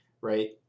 right